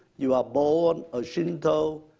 you are born a shinto,